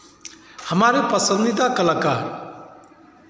हमारे पसंदीदा कलाकार